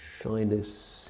shyness